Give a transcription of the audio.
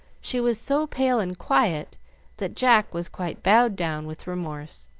she was so pale and quiet that jack was quite bowed down with remorse,